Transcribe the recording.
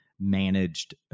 managed